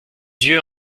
yeux